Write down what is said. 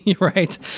right